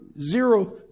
zero